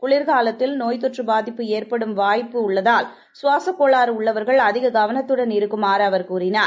குளிர் காலத்தில் நோய்த் தொற்று பாதிப்பு ஏற்படும் வாய்ப்பு உள்ளதால் கவாகக் கோளாறு உள்ளவர்கள் அதிக கவனத்துடன் இருக்குமாறு அவர் கூறினார்